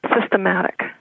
systematic